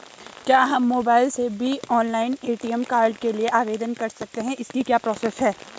क्या हम mobile phone से भी ऑनलाइन ए.टी.एम कार्ड के लिए आवेदन कर सकते हैं इसकी क्या प्रोसेस है?